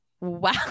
Wow